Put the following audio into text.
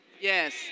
Yes